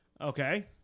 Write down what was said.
Okay